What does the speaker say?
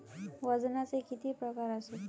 वजनाचे किती प्रकार आसत?